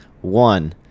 One